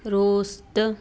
roasted